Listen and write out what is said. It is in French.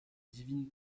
divine